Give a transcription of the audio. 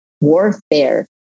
warfare